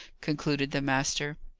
concluded the master.